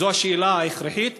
וזו השאלה ההכרחית,